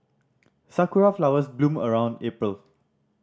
sakura flowers bloom around April